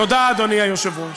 תודה, אדוני היושב-ראש.